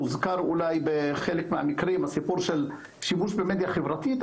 הוזכר אולי בחלק מהמקרים סיפור השימוש במדיה חברתית,